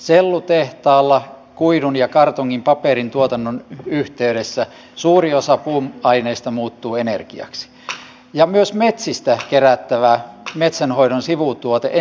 sellutehtaalla kuidun ja kartongin paperintuotannon yhteydessä suuri osa puuaineesta muuttuu energiaksi ja myös metsistä kerättävän metsänhoidon sivutuotteen energiapuun